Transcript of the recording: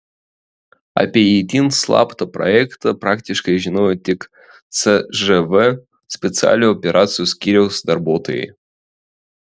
apie itin slaptą projektą praktiškai žinojo tik cžv specialiųjų operacijų skyriaus darbuotojai